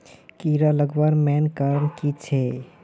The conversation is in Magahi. कीड़ा लगवार मेन कारण की छे?